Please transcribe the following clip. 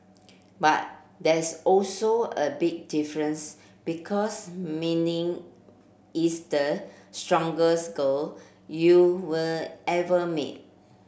but there's also a big difference because Mindy is the strongest girl you will ever meet